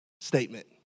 statement